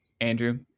Andrew